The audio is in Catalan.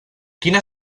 quina